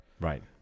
Right